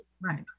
Right